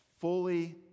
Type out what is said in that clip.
fully